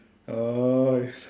nice